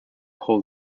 hold